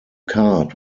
card